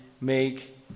make